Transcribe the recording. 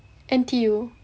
N_T_U